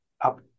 up